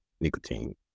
nicotine